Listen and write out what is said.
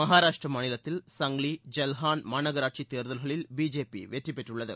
மகாராஷ்டிர மாநிலத்தில் சங்லி ஜல்ஹான் மாநகராட்சி தேர்தல்களில் பிஜேபி வெற்றி பெற்றுள்ளது